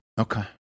Okay